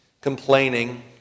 complaining